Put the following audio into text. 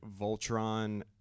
Voltron